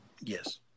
Yes